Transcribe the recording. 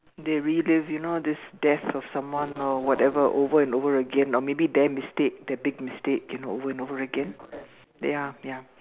they relive you know this death of someone or whatever over and over again or maybe their mistake their big mistake over and over again ya ya